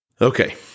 Okay